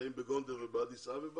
שנמצאים בגונדר ובאדיס אבבה